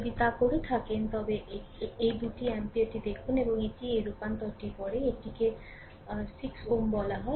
যদি তা করে থাকেন তবে এই দুটি অ্যাম্পিয়ারটি দেখুন এবং এটিই এই রূপান্তরটির পরে এইটিকে 6 Ω বলা হয়